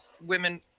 women